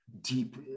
deep